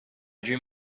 dream